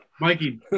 Mikey